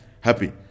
happy